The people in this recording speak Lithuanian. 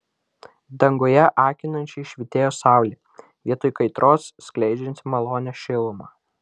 danguje akinančiai švytėjo saulė vietoj kaitros skleidžianti malonią šilumą